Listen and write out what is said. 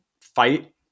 fight